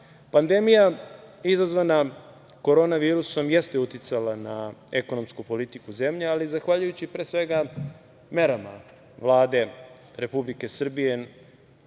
razloga. Pandemija izazvana korona virusom jeste uticala na ekonomsku politiku zemlje, ali zahvaljujući, pre svega, merama Vlade Republike Srbije